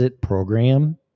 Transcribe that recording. program